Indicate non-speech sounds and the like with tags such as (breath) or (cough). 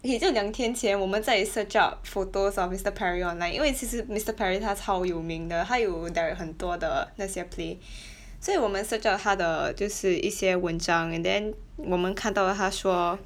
okay 就两天前我们在 search up photos of mister Perry online 因为其实 mister Perry 他超有名的他有 direct 很多的那些 play (breath) 所以我们 search up 他的就是一些文章 and then 我们看到他说